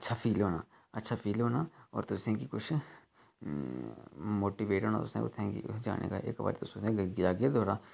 अच्छा फील होना अच्छा फील होना और तुसें गी किश मोटीवेट होना उत्थै जाने दा इक बारी तुस जाह्गे ते थुआढ़ा